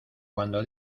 cuando